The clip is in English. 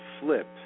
flip